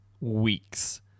weeks